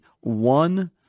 one